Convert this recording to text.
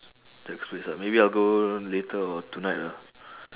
jack's place ah maybe I'll go later or tonight ah